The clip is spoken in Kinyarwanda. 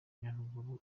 nyaruguru